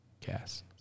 gas